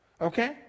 okay